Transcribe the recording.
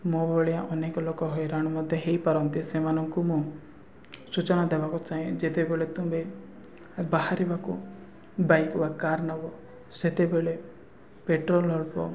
ମୋ ଭଳିଆ ଅନେକ ଲୋକ ହଇରାଣ ମଧ୍ୟ ହୋଇପାରନ୍ତି ସେମାନଙ୍କୁ ମୁଁ ସୂଚନା ଦେବାକୁ ଚାହେଁ ଯେତେବେଳେ ତୁମେ ବାହାରିବାକୁ ବାଇକ୍ ବା କାର୍ ନେବ ସେତେବେଳେ ପେଟ୍ରୋଲ ଅଳ୍ପ